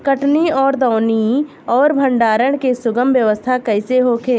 कटनी और दौनी और भंडारण के सुगम व्यवस्था कईसे होखे?